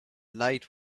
night